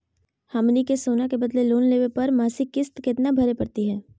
हमनी के सोना के बदले लोन लेवे पर मासिक किस्त केतना भरै परतही हे?